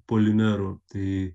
polimerų tai